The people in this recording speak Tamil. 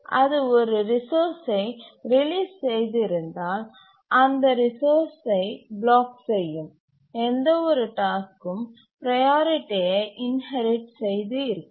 அது ஒரு ரிசோர்ஸ்சை ரிலீஸ் செய்து இருந்தால் அந்தரிசோர்ஸ்சை பிளாக் செய்யும் எந்தவொரு டாஸ்க்கும் ப்ரையாரிட்டியை இன்ஹெரிட் செய்து இருக்கலாம்